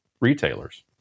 retailers